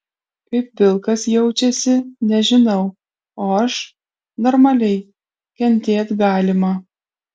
kaip vilkas jaučiasi nežinau o aš normaliai kentėt galima